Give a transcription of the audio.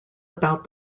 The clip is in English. about